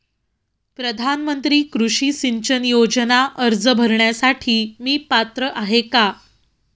प्रधानमंत्री कृषी सिंचन योजना अर्ज भरण्यासाठी मी पात्र आहे का?